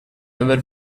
aver